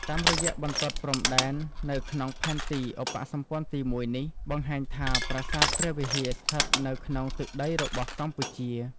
តាមរយៈបន្ទាត់ព្រំដែន នៅក្នុងផែនទីឧបសម្ព័ន្ធទី១នេះ បង្ហាញថា ប្រាសាទព្រះវិហារស្ថិតនៅក្នុងទឹកដីរបស់កម្ពុជា។